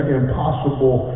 impossible